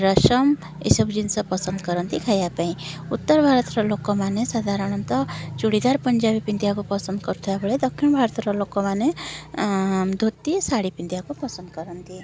ରସମ ଏ ସବୁ ଜିନିଷ ପସନ୍ଦ କରନ୍ତି ଖାଇବା ପାଇଁ ଉତ୍ତର ଭାରତର ଲୋକମାନେ ସାଧାରଣତଃ ଚୁଡ଼ିଦାର ପିନ୍ଧିବାକୁ ପସନ୍ଦ କରୁଥୁବା ବେଳେ ଦକ୍ଷିଣ ଭାରତର ଲୋକମାନେ ଧୋତି ଶାଢ଼ୀ ପିନ୍ଧିବାକୁ ପସନ୍ଦ କରନ୍ତି